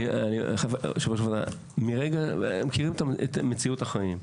יושב ראש הוועדה, מכירים את המציאות החיים.